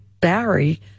Barry